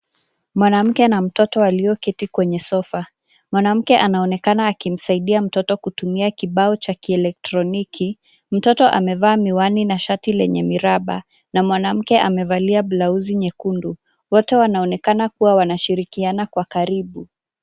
Mwanamke na mtoto walioketi kwenye sofa. Mwanamke anaonekana akimsaidia mtoto kutumia kibao cha kielektroniki. Mtoto amevaa miwani na shati lenye miraba na mwanamke amevalia blauzi nyekundu. Wote wanaonekana kuwa wanashirikiana kwa karibu.